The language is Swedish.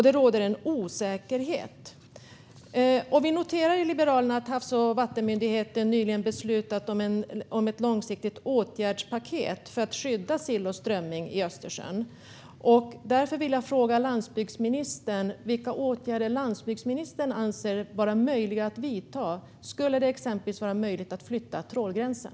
Det råder en osäkerhet. Vi noterar i Liberalerna att Havs och vattenmyndigheten nyligen beslutat om ett långsiktigt åtgärdspaket för att skydda sill och strömming i Östersjön. Därför vill jag fråga landsbygdsministern vilka åtgärder hon anser vara möjliga att vidta. Skulle det exempelvis vara möjligt att flytta trålgränsen?